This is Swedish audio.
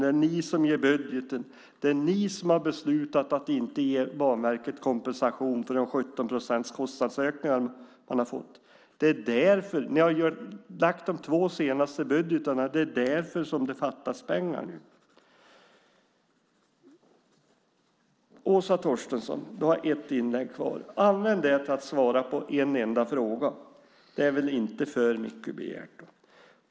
Det är ni som gör budgeten. Det är ni som har beslutat att inte ge Banverket kompensation för de 17 procenten i kostnadsökningar. Ni har lagt fram de två senaste budgetarna. Det är därför som det fattas pengar. Åsa Torstensson har ett inlägg kvar. Använd det till att svara på en enda fråga. Det är väl inte för mycket begärt.